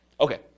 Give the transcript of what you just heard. Okay